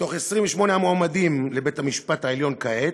מתוך 28 המועמדים לבית-המשפט העליון כעת,